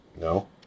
No